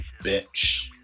bitch